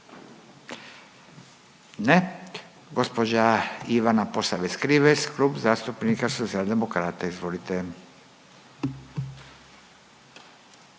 Ne. Gospođa Ivana Posavec-Krivec, Klub zastupnika Socijaldemokrata. Izvolite.